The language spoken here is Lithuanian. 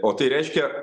o tai reiškia